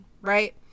right